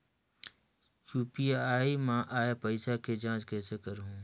UPI मा आय पइसा के जांच कइसे करहूं?